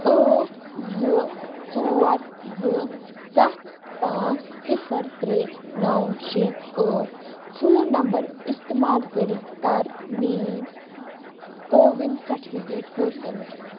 ٲٹھ زٕ ژور زٕ سَتھ پانٛژھ صِفر ترٛےٚ نَو شےٚ ٲٹھ فون نمبر استعمال کٔرِتھ کر میٲنۍ کووِن سٹِفکیٹ حٲصِل